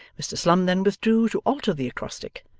mr slum then withdrew to alter the acrostic,